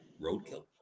roadkill